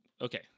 Okay